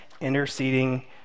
interceding